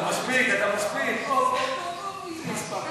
אתה מספיק, אתה מספיק.